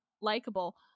likable